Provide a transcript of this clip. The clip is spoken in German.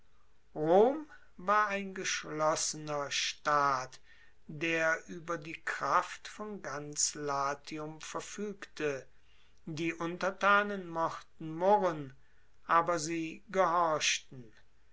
war ein geschlossener staat der ueber die kraft von ganz latium verfuegte die untertanen mochten murren aber sie